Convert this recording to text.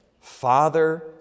Father